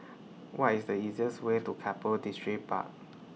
What IS The easiest Way to Keppel Distripark